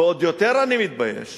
ועוד יותר אני מתבייש